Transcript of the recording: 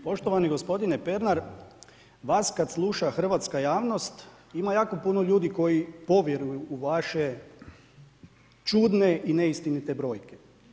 Poštovani gospodine Pernar, vas kad sluša hrvatska javnost ima jako puno ljudi koji povjeruju u vaše čudne i neistinite brojke.